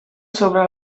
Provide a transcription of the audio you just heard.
sobre